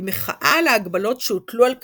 במחאה על ההגבלות שהוטלו על כתבים,